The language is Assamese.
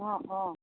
অঁ অঁ